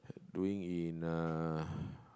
doing in uh